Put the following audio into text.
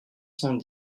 cent